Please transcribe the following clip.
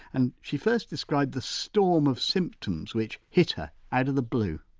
and she first described the storm of symptoms which hit her out of the blue.